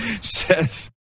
says